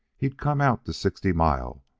he'd come out to sixty mile,